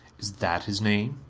is that his name?